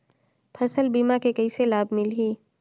फसल बीमा के कइसे लाभ मिलही?